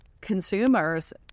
consumers